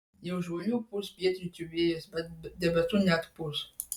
jau žvaliu pūs pietryčių vėjas bet debesų neatpūs